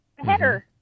Header